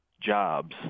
jobs